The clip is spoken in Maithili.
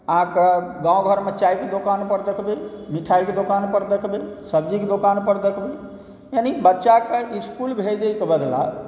आ कऽ गाँव घरमे चायके दोकान पर सभकेँ मिठाइके दोकान पर देखबै सब्जीकेँ दोकान पर देखबै यानि बच्चाके इस्कूल भेजैके बदला